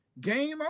game